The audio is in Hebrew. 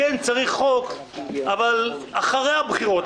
צריך חוק אבל אחרי הבחירות,